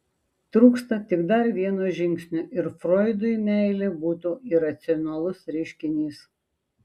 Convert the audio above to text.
trūksta tik dar vieno žingsnio ir froidui meilė būtų iracionalus reiškinys